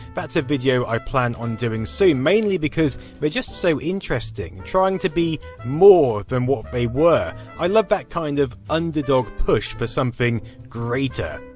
that's a video i plan on doing soon, mainly because they're just so interesting. trying to be more than what they were. i love that kind of underdog push for something greater.